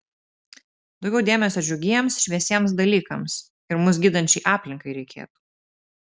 daugiau dėmesio džiugiems šviesiems dalykams ir mus gydančiai aplinkai reikėtų